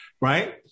right